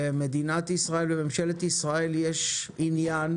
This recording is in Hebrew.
למדינת ישראל ולממשלת ישראל יש עניין